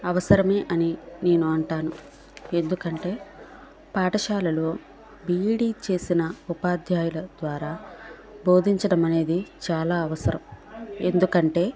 అవసరం అని నేను అంటాను ఎందుకంటే పాఠశాలలో బీఈడీ చేసిన ఉపాధ్యాయుల ద్వారా బోధించడం అనేది చాలా అవసరం ఎందుకంటే